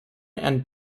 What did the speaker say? and